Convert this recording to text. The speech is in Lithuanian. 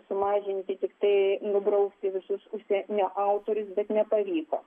sumažinti tiktai nubraukti visus užsienio autorius bet nepavyko